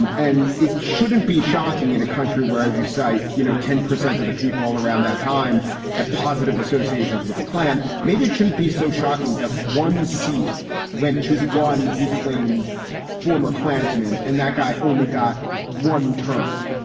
um and it shouldn't be shocking in a country where, as you say, you know, ten percent of the people around that time had positive associations with the klan. maybe it shouldn't be so shocking that one seat went to one. he claimed former klansman and that guy only got one term.